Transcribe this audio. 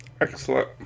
Excellent